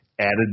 added